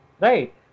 right